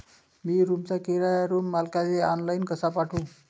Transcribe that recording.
मी रूमचा किराया रूम मालकाले ऑनलाईन कसा पाठवू?